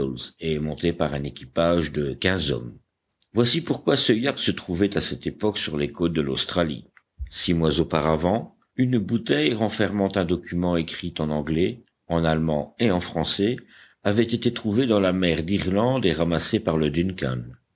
et monté par un équipage de quinze hommes voici pourquoi ce yacht se trouvait à cette époque sur les côtes de l'australie six mois auparavant une bouteille renfermant un document écrit en anglais en allemand et en français avait été trouvée dans la mer d'irlande et ramassée par le duncan